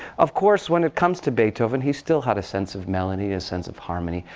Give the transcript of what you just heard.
of course, when it comes to beethoven, he still had a sense of melody, a sense of harmony,